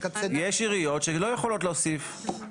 עכשיו, יש עיריות שלא יכולות להוסיף.